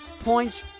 points